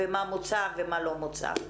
מה מוצע ומה לא מוצע.